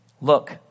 Look